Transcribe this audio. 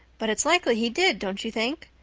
but it's likely he did, don't you think?